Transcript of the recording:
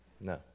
No